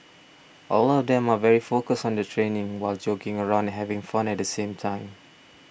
all of them are very focused on their training while joking around and having fun at the same time